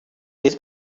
his